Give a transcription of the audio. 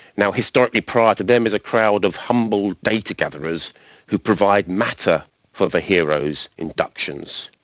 now, historically prior to them is a crowd of humble data gatherers who provide matter for the heroes' inductions.